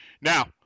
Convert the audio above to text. Now